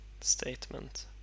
statement